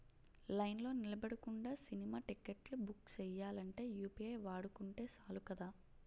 లైన్లో నిలబడకుండా సినిమా టిక్కెట్లు బుక్ సెయ్యాలంటే యూ.పి.ఐ వాడుకుంటే సాలు కదా